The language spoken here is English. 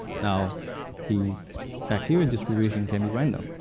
now the bacteria distribution can be random.